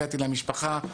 הגעתי למשפחה,